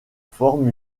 forme